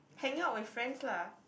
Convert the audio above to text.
hanging out with friends lah